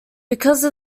because